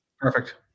Perfect